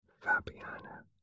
Fabiana